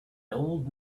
old